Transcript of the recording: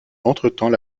entretemps